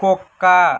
కుక్క